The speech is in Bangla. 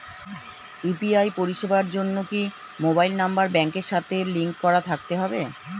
ইউ.পি.আই পরিষেবার জন্য কি মোবাইল নাম্বার ব্যাংকের সাথে লিংক করা থাকতে হবে?